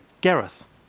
Gareth